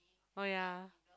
oh ya